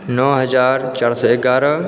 नओ हजार चारि सए एगारह